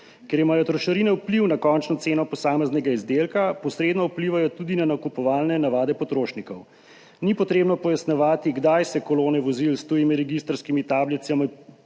Ker imajo trošarine vpliv na končno ceno posameznega izdelka, posredno vplivajo tudi na nakupovalne navade potrošnikov. Ni potrebno pojasnjevati, kdaj se kolone vozil s tujimi registrskimi tablicami